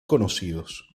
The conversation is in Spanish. conocidos